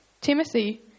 Timothy